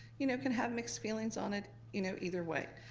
you know, can have mixed feelings on it you know either way.